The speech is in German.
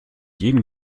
jeden